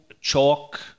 Chalk